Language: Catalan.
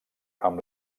amb